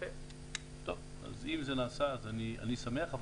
אם זה נעשה, אני שמח.